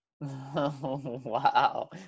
Wow